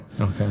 Okay